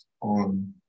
on